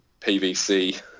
PVC